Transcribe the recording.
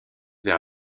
vers